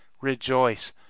rejoice